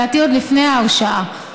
לדעתי עוד לפני ההרשעה.